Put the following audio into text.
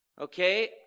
Okay